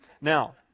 Now